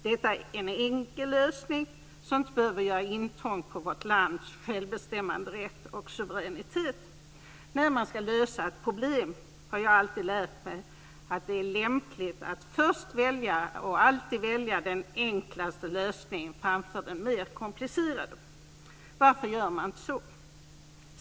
Detta är en enkel lösning som inte behöver göra intrång på vårt lands självbestämmanderätt och suveränitet. När man ska lösa ett problem har jag lärt mig att det är lämpligt att alltid välja den enklaste lösningen framför den mer komplicerade. Varför gör man inte så?